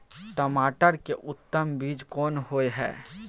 टमाटर के उत्तम बीज कोन होय है?